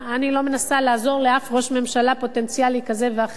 אני לא מנסה לעזור לאף ראש ממשלה פוטנציאלי כזה ואחר,